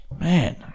Man